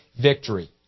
victory